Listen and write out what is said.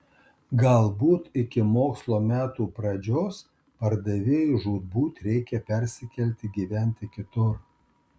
galbūt iki mokslo metų pradžios pardavėjui žūtbūt reikia persikelti gyventi kitur